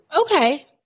Okay